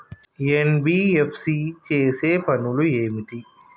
NBFC చేసే పనులు ఏమిటి?